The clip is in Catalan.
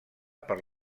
per